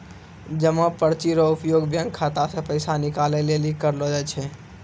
जमा पर्ची रो उपयोग बैंक खाता से पैसा निकाले लेली करलो जाय छै